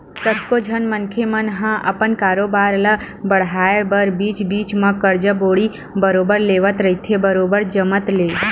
कतको झन मनखे मन ह अपन कारोबार ल बड़हाय बर बीच बीच म करजा बोड़ी बरोबर लेवत रहिथे बरोबर जमत ले